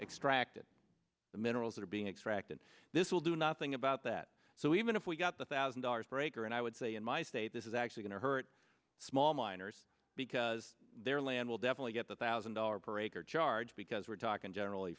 extracted the minerals that are being extracted this will do nothing about that so even if we got the thousand dollars breaker and i would say in my state this is actually going to hurt small miners because their land will definitely get the thousand dollar per acre charge because we're talking generally